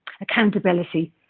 accountability